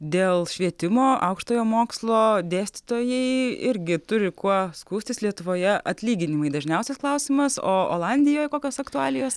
dėl švietimo aukštojo mokslo dėstytojai irgi turi kuo skųstis lietuvoje atlyginimai dažniausias klausimas o olandijoje kokios aktualijos